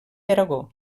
aragó